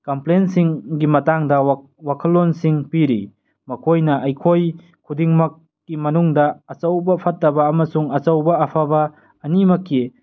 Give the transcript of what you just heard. ꯀꯝꯄ꯭ꯂꯦꯟꯁꯤꯡꯒꯤ ꯃꯇꯥꯡꯗ ꯋꯥꯈꯜꯂꯣꯟꯁꯤꯡ ꯄꯤꯔꯤ ꯃꯈꯣꯏꯅ ꯑꯩꯈꯣꯏ ꯈꯨꯗꯤꯡꯃꯛꯀꯤ ꯃꯅꯨꯡꯗ ꯑꯆꯧꯕ ꯐꯠꯇꯕ ꯑꯃꯁꯨꯡ ꯑꯆꯧꯕ ꯑꯐꯕ ꯑꯅꯤꯃꯛꯀꯤ